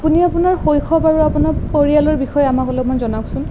আপুনি আপোনাৰ শৈশৱ আৰু আপোনাৰ পৰিয়ালৰ বিষয়ে আমাক অলপমান জনাওঁকচোন